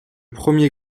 premier